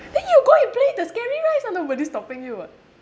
then you go and play the scary rides ah nobody stopping you [what]